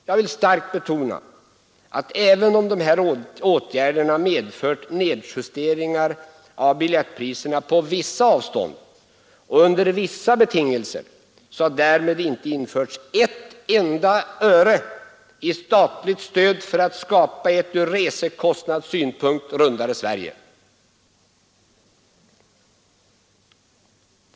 Jag vill starkt betona att även om dessa åtgärder har medfört nedjusteringar av biljettpriserna på vissa avstånd och under vissa betingelser, så har därmed inte införts ett enda öre i statligt stöd för att skapa ett ur resekostnadssynpunkt rundare Sverige.